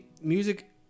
music